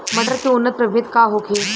मटर के उन्नत प्रभेद का होखे?